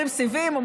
אומרים סיבים,